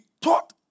taught